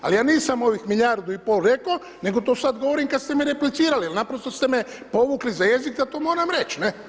Al ja nisam ovih milijardu i pol rekao, nego to sada govorim kad ste mi replicirali, jel naprosto ste me povukli za jezik da to moram reći, ne.